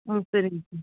ஆ சரிங்க சார்